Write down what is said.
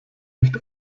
nicht